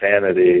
sanity